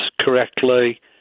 correctly